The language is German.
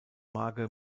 marke